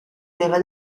beva